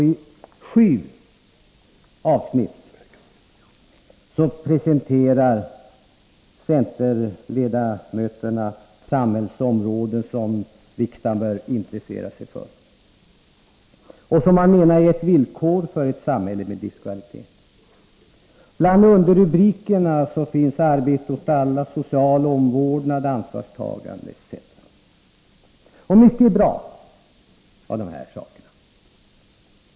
I sju avsnitt presenterar centerledamöterna samhällsområden som riksdagen bör intressera sig för och som man menar är ett villkor för ett samhälle med livskvalitet. Bland underrubrikerna finns ”Arbete åt alla”, ”Social omvårdnad”, ”Ansvarstagande” etc. Många av dessa saker är bra.